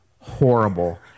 horrible